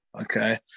Okay